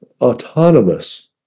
autonomous